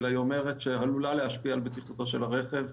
והיא אומרת שעלולה להשפיע על בטיחותו של הרכב.